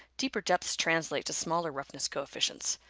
deeper depths translate to smaller roughness coefficients.